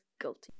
guilty